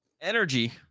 Energy